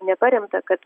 neparemta kad